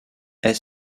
est